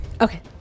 Okay